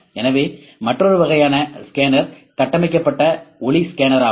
எனவே மற்றொரு வகையான ஸ்கேனர் கட்டமைக்கப்பட்ட ஒளி ஸ்கேனர் ஆகும்